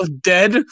Dead